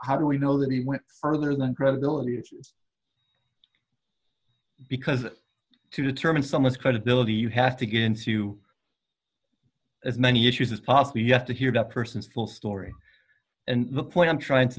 how do we know that he went further than credibility because to determine someone's credibility you have to get into as many issues as possible you have to hear the person's full story and the point i'm trying to